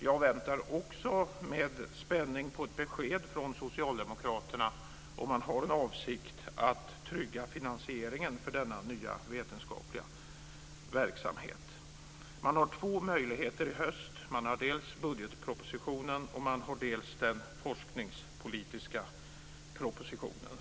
Jag väntar också med spänning på ett besked från socialdemokraterna om man har avsikten att trygga finansieringen för denna nya vetenskapliga verksamhet. Man har två möjligheter i höst: dels budgetpropositionen, dels den forskningspolitiska propositionen.